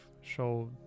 show